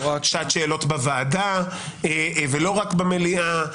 שעת שאלות בוועדה ולא רק במליאה.